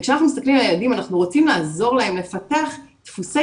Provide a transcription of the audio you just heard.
וכשאנחנו מסתכלים על הילדים אנחנו רוצים לעזור להם לפתח דפוסי